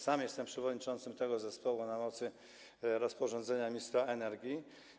Sam jestem przewodniczącym tego zespołu na mocy rozporządzenia ministra energii.